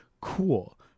Cool